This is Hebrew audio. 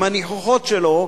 עם הניחוחות שלו,